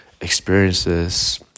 experiences